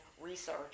research